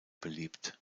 beliebt